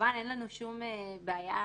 מה עבר ומה לא עבר,